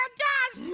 does.